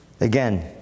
again